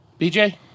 BJ